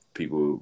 People